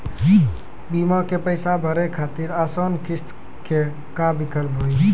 बीमा के पैसा भरे खातिर आसान किस्त के का विकल्प हुई?